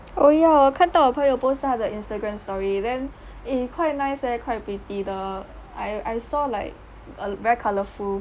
oh ya 我有看到朋友 post 在他的 instagram story then eh quite nice leh quite pretty the I I saw like a very colourful